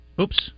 oops